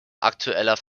aktueller